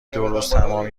دوروزتمام